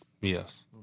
Yes